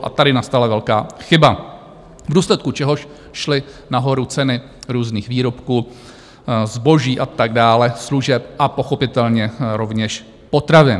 A tady nastala velká chyba, v důsledku čehož šly nahoru ceny různých výrobků, zboží, služeb a pochopitelně rovněž potravin.